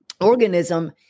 organism